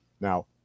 now